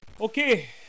Okay